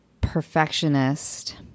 perfectionist